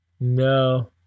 No